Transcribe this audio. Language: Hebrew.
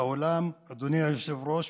אדוני היושב-ראש,